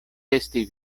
esti